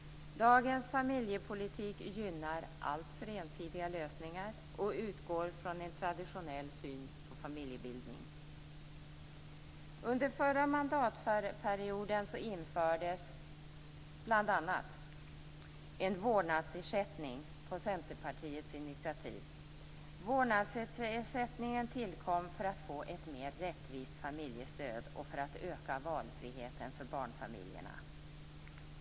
Dagens familjepolitik gynnar alltför ensidiga lösningar och utgår från en traditionell syn på familjebildning. Vårdnadsersättningen tillkom för att få ett mer rättvist familjestöd och för att öka valfriheten för barnfamiljerna.